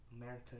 America